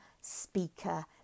speaker